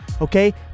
okay